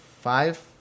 five